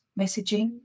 messaging